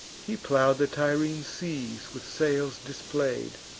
he plow'd the tyrrhene seas with sails display'd.